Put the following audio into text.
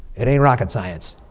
it ain't rocket science.